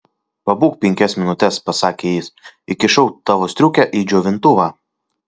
pabūk penkias minutes pasakė jis įkišau tavo striukę į džiovintuvą